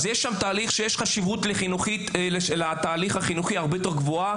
אז שם לתהליך החינוכי יש חשיבות הרבה יותר גבוהה,